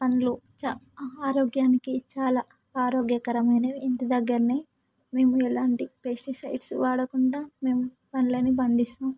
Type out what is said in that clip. పండ్లు ఆరోగ్యానికి చాలా ఆరోగ్యకరమైనవి ఇంటి దగ్గరే మేము ఎలాంటి పెస్టిసైడ్స్ వాడకుండా మేము పండ్లని పండిస్తం